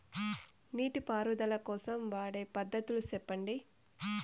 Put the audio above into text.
నీటి పారుదల కోసం వాడే పద్ధతులు సెప్పండి?